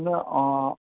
ہم